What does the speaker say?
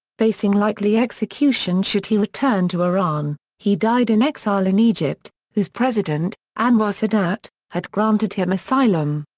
facing likely execution should he return to iran, he died in exile in egypt, whose president, anwar sadat, had granted him asylum.